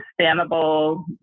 sustainable